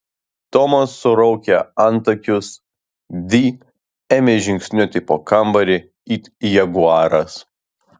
tomas suraukė antakius di ėmė žingsniuoti po kambarį it jaguaras